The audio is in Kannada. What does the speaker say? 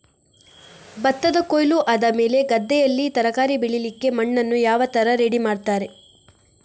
ಭತ್ತದ ಕೊಯ್ಲು ಆದಮೇಲೆ ಗದ್ದೆಯಲ್ಲಿ ತರಕಾರಿ ಬೆಳಿಲಿಕ್ಕೆ ಮಣ್ಣನ್ನು ಯಾವ ತರ ರೆಡಿ ಮಾಡ್ತಾರೆ?